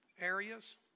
areas